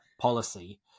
policy